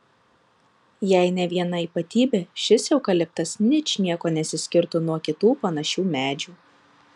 jei ne viena ypatybė šis eukaliptas ničniekuo nesiskirtų nuo kitų panašių medžių